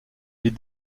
les